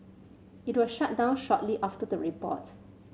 it was shut down shortly after the report